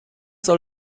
soll